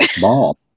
ball